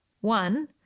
One